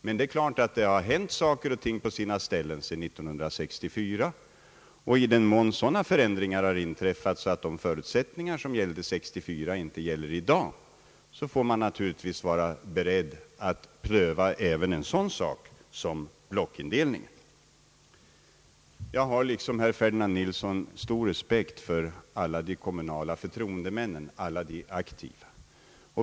Men givet vis har det hänt saker och ting på sina ställen sedan år 1964, och i den mån sådana förändringar har inträffat, att de förutsättningar som gällde år 1964 inte gäller i dag, får man naturligtvis vara beredd att pröva även en sådan sak som blockindelningen. Jag har liksom herr Ferdinand Nilsson stor respekt för alla de aktiva kommunala förtroendemännen.